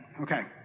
Okay